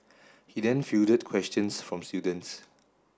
he then fielded questions from students